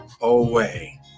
away